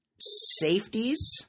Safeties